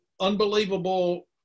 unbelievable